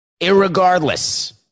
irregardless